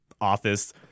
office